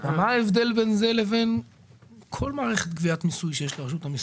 מה ההבדל בין זה לבין כל מערכת גביית מיסוי שיש לרשות המיסים?